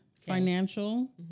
financial